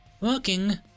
Working